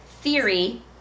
Theory